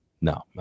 no